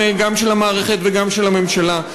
גם של המערכת וגם של הממשלה.